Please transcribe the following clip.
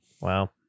wow